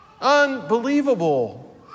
Unbelievable